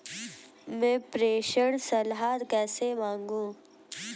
मैं प्रेषण सलाह कैसे मांगूं?